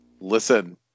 Listen